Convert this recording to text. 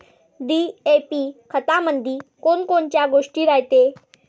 DAP खतामंदी कोनकोनच्या गोष्टी रायते?